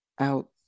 out